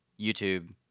YouTube